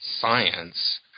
science